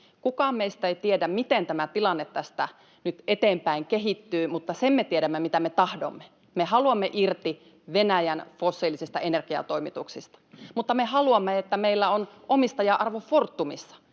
Kukaan meistä ei tiedä, miten tämä tilanne tästä nyt eteenpäin kehittyy, mutta sen me tiedämme, mitä me tahdomme. Me haluamme irti Venäjän fossiilisista energiatoimituksista, mutta me haluamme, että meillä on omistaja-arvo Fortumissa,